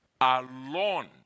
alone